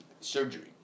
surgery